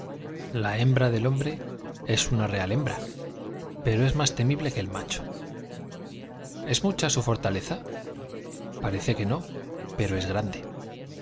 la hembra del más temible hombre i es una real hembral pero es q ue el macho es mucha su fortaleza parece que no pero es grande